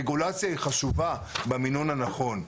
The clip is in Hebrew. הרגולציה היא חשובה, במינון הנכון.